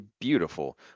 beautiful